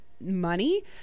money